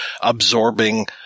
absorbing